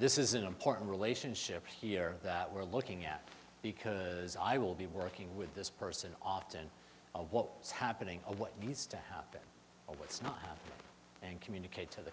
this is an important relationship here that we're looking at because i will be working with this person often what is happening what needs to happen or what's not and communicate to the